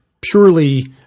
purely